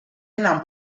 enam